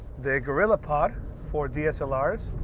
the gorillapod for dslrs,